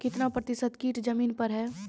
कितना प्रतिसत कीट जमीन पर हैं?